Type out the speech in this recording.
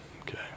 okay